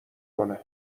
کنه